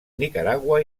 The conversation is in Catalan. nicaragua